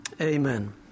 Amen